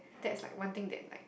that's like one thing that like